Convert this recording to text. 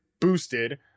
boosted